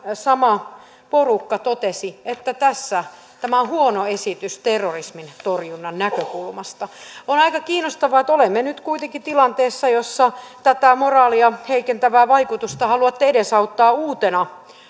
sama porukka totesi myöskin että tämä on huono esitys terrorismin torjunnan näkökulmasta on aika kiinnostavaa että olemme nyt kuitenkin tilanteessa jossa tätä moraalia heikentävää vaikutusta haluatte edesauttaa uutena